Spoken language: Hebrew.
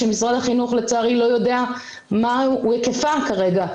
שמשרד החינוך לצערי לא יודע מהו היקפה כרגע,